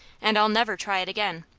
and i'll never try it again,